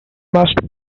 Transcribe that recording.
must